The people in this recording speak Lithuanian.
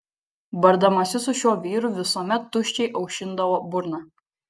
bardamasi su šiuo vyru visuomet tuščiai aušindavo burną